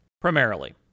primarily